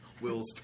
Will's